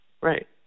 Right